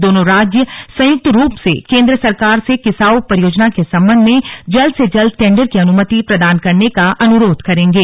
दोनों राज्य संयुक्त रूप से केन्द्र सरकार से किसाऊ परियोजना के सम्बन्ध में जल्द से जल्द टेन्डर की अनुमति प्रदान करने का अनुरोध करेंगे